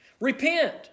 Repent